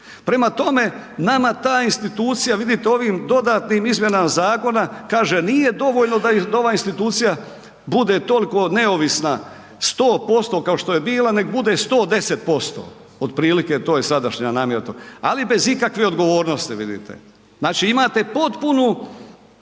Prema tome, nama ta institucija vidite ovim dodatnim izmjenama zakona kaže nije dovoljno da ova institucija bude toliko neovisna 100% kao što je bila nek bude 110% otprilike to je sadašnja namjera, ali bez ikakve odgovornosti. Znači imate potpunu